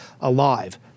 alive